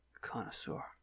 Connoisseur